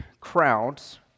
crowds